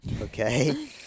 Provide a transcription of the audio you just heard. okay